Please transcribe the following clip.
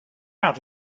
out